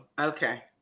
Okay